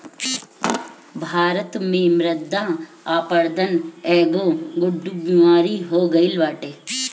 भारत में मृदा अपरदन एगो गढ़ु बेमारी हो गईल बाटे